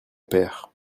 père